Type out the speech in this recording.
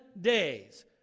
days